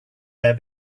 their